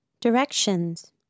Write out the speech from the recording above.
Directions